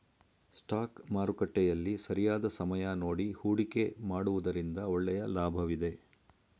stock ಮಾರುಕಟ್ಟೆಯಲ್ಲಿ ಸರಿಯಾದ ಸಮಯ ನೋಡಿ ಹೂಡಿಕೆ ಮಾಡುವುದರಿಂದ ಒಳ್ಳೆಯ ಲಾಭವಿದೆ